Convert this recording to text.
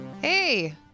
Hey